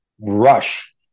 rush